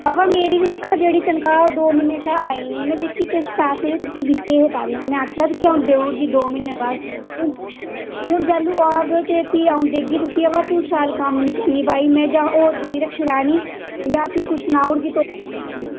अबा मेरी बी दिक्खां जेह्ड़ी तन्खाह् ओह् दो म्हीने शा आई निं में जेह्के किश पैसे हे तुगी दित्ते हे पैह्लें में आखेआ हा तुगी अ'ऊं देई ओड़गी दो म्हीनें बाद हून जैह्लूं आह्ग ते भी अ'ऊं देगी तुगी अबा तू शैल कम्म निं करनी भाई में जां होर दूई रक्खी लैनी जां भी तू सनाई ओड़ कि तूं